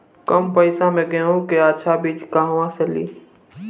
कम पैसा में गेहूं के अच्छा बिज कहवा से ली?